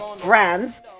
brands